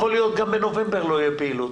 יכול להיות גם בנובמבר, לא יהיה פעילות.